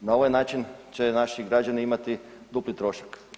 Na ovaj način će naši građani imati dupli trošak.